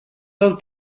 del